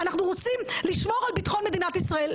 אנחנו רוצים לשמור על ביטחון מדינת ישראל.